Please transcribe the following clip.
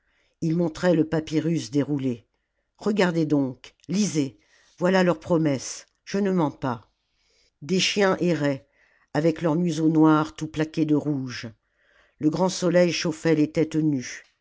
il montrait le papyrus déroulé regardez donc lisez voilà leurs promesses je ne mens pas des chiens erraient avec leur museau noir tout plaqué de rouge le grand soleil chauffait les têtes nues